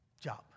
job